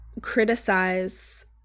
criticize